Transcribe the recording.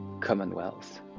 Commonwealth